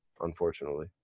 unfortunately